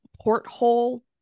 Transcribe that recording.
porthole